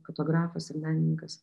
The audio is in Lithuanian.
fotografas ir menininkas